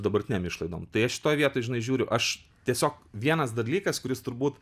dabartinėm išlaidom tai aš šitoj vietoj žinai žiūriu aš tiesiog vienas dalykas kuris turbūt